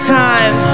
time